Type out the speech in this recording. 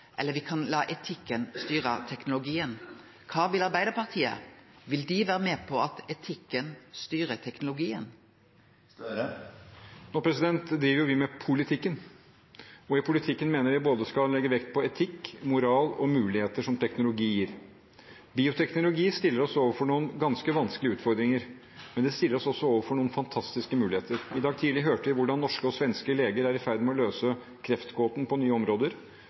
eller me kan la etikken styre teknologien. Kva vil Arbeidarpartiet? Vil dei vere med på at etikken styrer teknologien? Det gjør vi med politikken, og i politikken mener vi at vi skal legge vekt på både etikk, moral og mulighetene som teknologien gir. Bioteknologien stiller oss overfor noen ganske vanskelige utfordringer, men den stiller oss også overfor noen fantastiske muligheter. I dag tidlig hørte vi hvordan norske og svenske leger er i ferd med å løse kreftgåten på nye områder